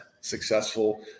successful